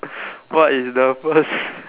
what is the first